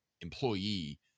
employee